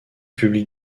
publie